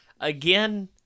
again